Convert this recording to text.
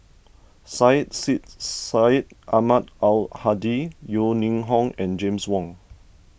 Syed Sheikh Syed Ahmad Al Hadi Yeo Ning Hong and James Wong